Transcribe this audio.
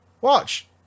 Watch